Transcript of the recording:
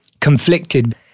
conflicted